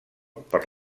per